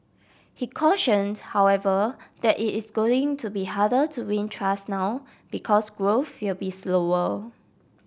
he cautioned however that it is going to be harder to win trust now because growth will be slower